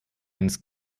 eines